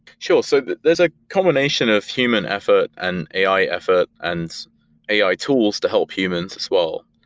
sure. so there's a combination of human effort and ai effort and ai tools to help humans as well.